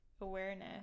awareness